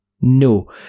No